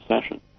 session